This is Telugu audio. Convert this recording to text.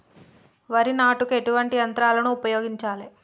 వరి నాటుకు ఎటువంటి యంత్రాలను ఉపయోగించాలే?